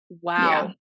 Wow